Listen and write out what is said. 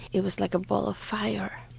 it was like a ball of fire,